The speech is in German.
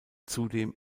zudem